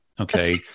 okay